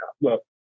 Look